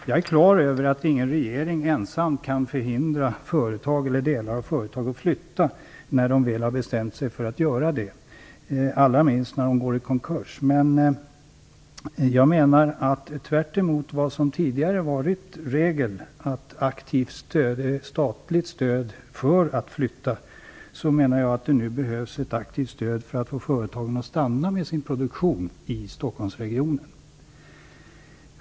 Jag är på det klara med att ingen regering ensam kan förhindra företag eller delar av företag att flytta när de väl har bestämt sig för att göra det, allra minst när de går i konkurs. Men tvärtemot vad som tidigare varit regel, att ge aktivt statligt stöd för att flytta, behövs nu ett aktivt stöd för att få företagen att stanna med sin produktion i Stockholmsregionen.